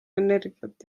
energiat